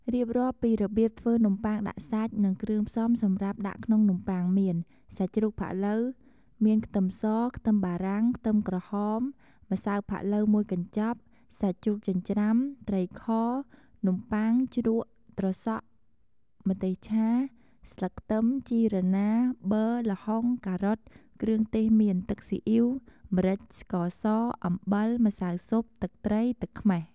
រៀបរាប់ពីរបៀបធ្វើនំបុ័ងដាក់សាច់និងគ្រឿងផ្សំសម្រាប់ដាក់ក្នុងនំប័ុងមាន សាច់ជ្រូកផាក់ឡូវ មានខ្ទឹមស ខ្ទឹមបារាំង ខ្ទឹមក្រហម ម្សៅផាក់ឡូវមួយកព្ចាប់ សាច់ជ្រូកចិញ្រ្ចាំ ត្រីខ នំប័ុង ជ្រក់ ត្រសក់ ម្ទេសឆា ស្លឹកខ្ទឹម ជីរណា ប័រ ល្ហុង ការ៉ុត គ្រឿងទេសមាន ទឹកសុីអ៉ីវ ម្រេច ស្ករស អំបិល ម្សៅស៊ុប ទឹកត្រី ទឹកខ្មះ។